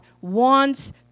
wants